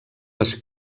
les